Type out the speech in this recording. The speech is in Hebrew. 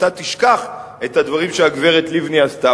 אתה תשכח את הדברים שהגברת לבני עשתה.